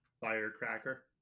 firecracker